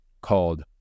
called